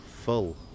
full